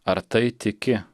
ar tai tiki